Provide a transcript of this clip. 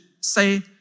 say